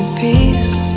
peace